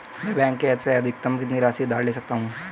मैं बैंक से अधिकतम कितनी राशि उधार ले सकता हूँ?